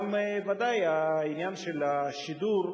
גם בוודאי העניין של השידור.